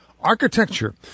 architecture